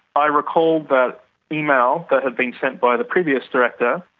i recalled that email that had been sent by the previous director,